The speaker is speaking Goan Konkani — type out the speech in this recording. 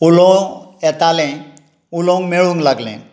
उलोवं येतालें उलोवंक मेळूंक लागलें